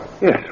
Yes